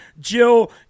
Jill